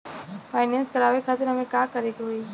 Finance करावे खातिर हमें का करे के होई?